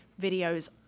videos